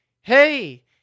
hey